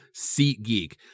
SeatGeek